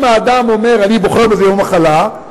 אם האדם אומר: אני בוחר בזה כיום מחלה,